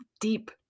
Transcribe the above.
deep